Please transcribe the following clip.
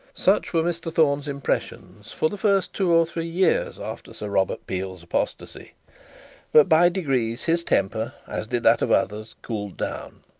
such were mr thorne's impressions for the first two or three years after sir robert peel's apostasy but by degrees his temper, as did that of others, cooled down.